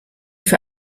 für